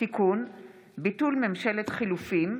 התשפ"א 2020,